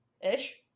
ish